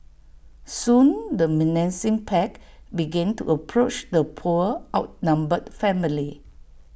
soon the menacing pack began to approach the poor outnumbered family